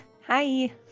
hi